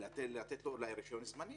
אלא לתת לו אולי רישיון זמני.